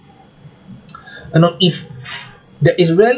uh no if there is rea